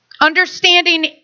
Understanding